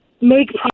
make